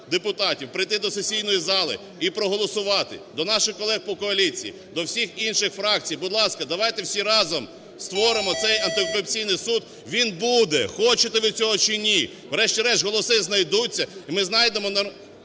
прийти до сесійної зали і проголосувати. До наших колег по коаліції, до всіх інших фракцій, будь ласка, давайте всі разом створимо цей антикорупційний суд. Він буде, хочете ви цього чи ні. Врешті-решт, голоси знайдуться, і ми знайдемо адекватну